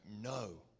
no